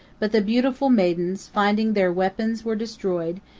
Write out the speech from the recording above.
but the beautiful maidens, finding their weapons were destroyed,